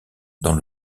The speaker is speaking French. dans